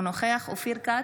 אינו נוכח אופיר כץ,